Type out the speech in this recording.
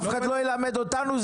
אף אחד לא ילמד אותנו,